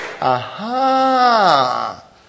Aha